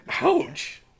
Ouch